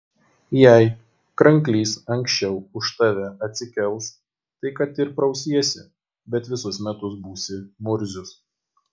jei kranklys anksčiau už tave atsikels tai kad ir prausiesi bet visus metus būsi murzius